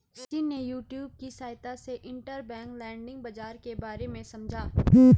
सचिन ने यूट्यूब की सहायता से इंटरबैंक लैंडिंग बाजार के बारे में समझा